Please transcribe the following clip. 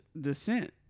descent